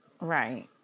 right